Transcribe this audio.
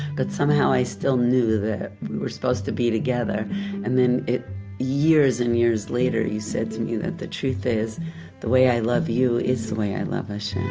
but somehow i still knew that we were supposed to be together and then it years and years later you said to me that the truth is the way i love you is the way i love hashem